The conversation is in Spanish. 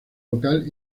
local